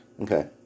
Okay